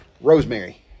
Rosemary